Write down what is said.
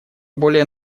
более